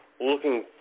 looking